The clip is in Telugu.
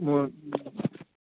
మోద్